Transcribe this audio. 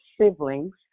siblings